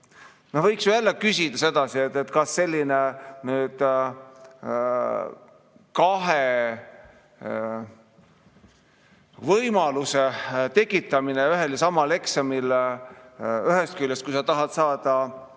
Võiks ju küsida sedasi, et kas see on selline kahe võimaluse tekitamine ühel ja samal eksamil: ühest küljest, kui sa tahad saada